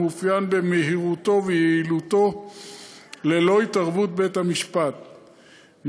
המתאפיין במהירותו ויעילותו ללא התערבות בית-משפט,